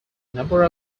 number